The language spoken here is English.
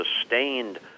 sustained